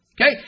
Okay